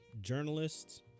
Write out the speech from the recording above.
journalists